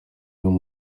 y’uwo